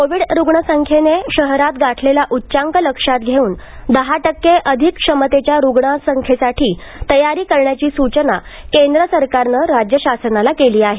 Covid रुग्णसंख्येने शहरात गाठलेला उच्चांक लक्षात घेऊन दहा टक्के अधिक क्षमतेच्या रुग्णसंख्येसाठी तयारी करण्याची सूचना केंद्र सरकारनं राज्य शासनाला केली आहे